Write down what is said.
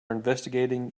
investigating